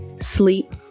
sleep